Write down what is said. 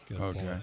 Okay